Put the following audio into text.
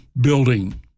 building